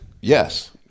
Yes